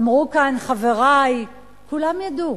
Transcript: אמרו כאן חברי: כולם ידעו,